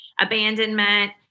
abandonment